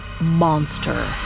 monster